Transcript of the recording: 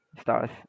stars